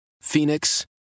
Phoenix